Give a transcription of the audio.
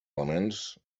elements